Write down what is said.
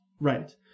Right